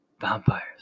Vampires